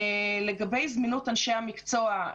לגבי זמינות אנשי המקצוע.